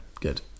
Good